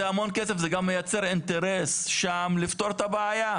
זה המון כסף זה גם מייצר אינטרס שם לפתור את הבעיה.